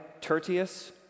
Tertius